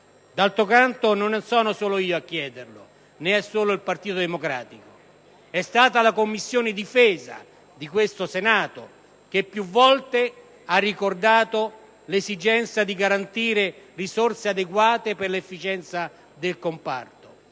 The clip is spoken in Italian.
D'altro canto, non sono solo io a chiederlo, né è solo il Partito Democratico: è stata la Commissione difesa del Senato che più volte ha ricordato l'esigenza di garantire risorse adeguate per l'efficienza del comparto.